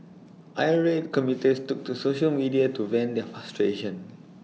irate commuters took to social media to vent their frustration